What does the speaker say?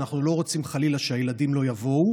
ואנחנו לא רוצים חלילה שהילדים לא יבואו